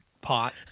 pot